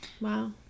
Wow